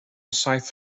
saith